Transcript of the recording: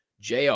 JR